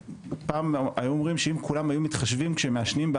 פעם היו אומרים שאם כולם היו מתחשבים באחרים כשהם מעשנים,